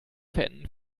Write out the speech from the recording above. verenden